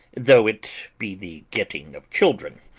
though it be the getting of children.